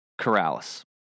Corrales